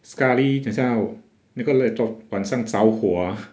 sekali 等下那个 laptop 晚上着火 ah